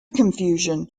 confusion